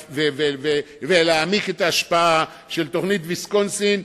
ולהעמיק את ההשפעה של תוכנית ויסקונסין.